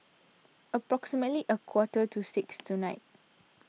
approximately a quarter to six tonight